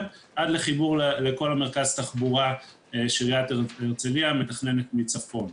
עד לחיבור לכל מרכז התחבורה שעירית הרצליה מתכננת מצפון.